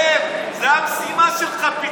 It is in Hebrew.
כן, זאת המשימה שלך.